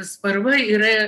sparva yra